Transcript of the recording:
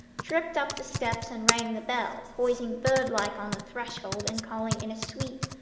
tripped up the steps and rang the bell, poising bird-like on the threshold and calling in a sweet,